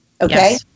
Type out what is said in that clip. okay